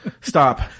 Stop